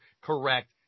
correct